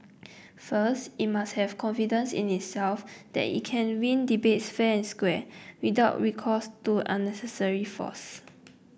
first it must have confidence in itself that it can win debates fair square without recourse to unnecessary force